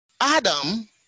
Adam